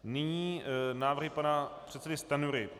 Nyní návrhy pana předsedy Stanjury.